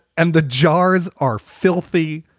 and the jars are filthy.